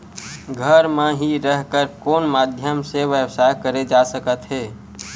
घर म हि रह कर कोन माध्यम से व्यवसाय करे जा सकत हे?